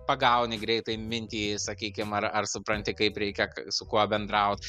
pagauni greitai mintį sakykim ar ar supranti kaip reikia k su kuo bendraut